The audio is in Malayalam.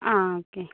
ആ ഓക്കെ